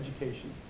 Education